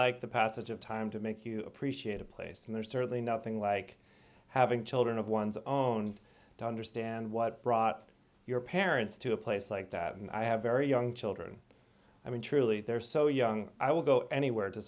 like the passage of time to make you appreciate a place and there's certainly nothing like having children of one's own to understand what brought your parents to a place like that and i have very young children i mean truly they're so young i will go anywhere to